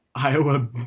Iowa